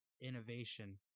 innovation